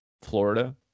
Florida